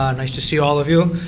um nice to see all of you.